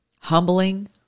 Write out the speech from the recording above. humbling